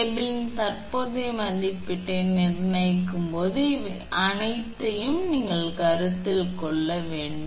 கேபிளின் தற்போதைய மதிப்பீட்டை நிர்ணயிக்கும் போது இவை அனைத்தையும் நீங்கள் கருத்தில் கொள்ள வேண்டும்